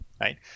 Right